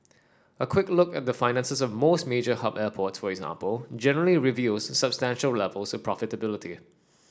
a quick look at the finances of most major hub airports for example generally reveals substantial levels of profitability